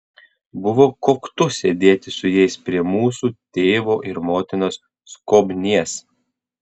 buvo koktu sėdėti su jais prie mūsų tėvo ir motinos skobnies